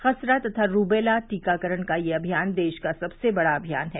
खसरा तथा रूबेला टीकाकरण का यह अमियान देश का सबसे बड़ा अमियान है